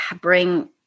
bring